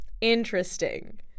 interesting